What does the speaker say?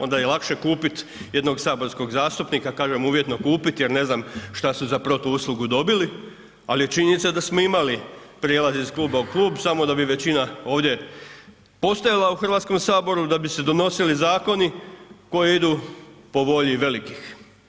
Onda je i lakše kupiti jednog saborskog zastupnika, kažem uvjetno kupiti jer ne znam što su za protuuslugu dobili, ali je činjenica da smo imali prijelaze iz kluba u klub samo da bi većina ovdje postojala u HS-u, da bi se donosili zakoni koji idu po volji velikih.